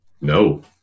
No